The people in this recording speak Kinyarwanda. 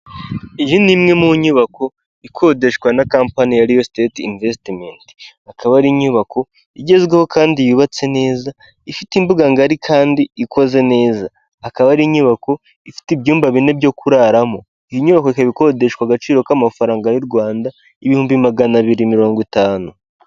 Iyi ni imwe mu nyubako ikodeshwa na kampani ya Riyo siteti imvesimenti. Akaba ari inyubako igezweho kandi yubatse neza, ifite imbuga ngari kandi ikoze neza. Akaba ari inyubako ifite ibyumba bine byo kuraramo. Iyi nyubako ikaba ikodeshwa agaciro k'amafaranga y'u Rwanda, ibihumbi magana abiri mirongo itanu.